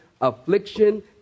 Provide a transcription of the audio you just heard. affliction